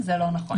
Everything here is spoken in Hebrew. זה לא נכון.